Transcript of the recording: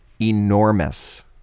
enormous